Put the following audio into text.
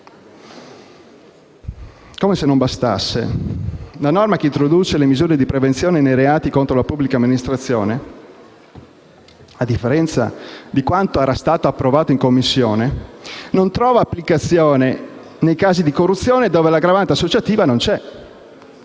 Come se non bastasse, la norma che introduce le misure di prevenzione nei reati contro la pubblica amministrazione, a differenza di quanto era stato approvato in Commissione, non trova applicazione nei casi di corruzione dove l'aggravante associativa non c'è